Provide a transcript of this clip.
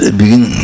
begin